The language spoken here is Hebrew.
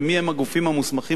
מיהם הגופים המוסמכים?